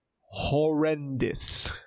horrendous